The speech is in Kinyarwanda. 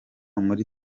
muri